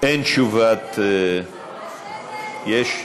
אין תשובת, יש?